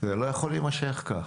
זה לא יכול להימשך כך.